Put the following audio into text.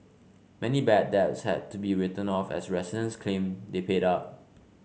many bad debts had to be written off as residents claim they paid up